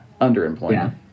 underemployment